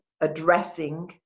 addressing